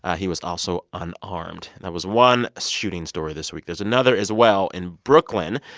ah he was also unarmed that was one shooting story this week. there's another as well in brooklyn.